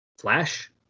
Flash